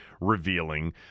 revealing